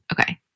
Okay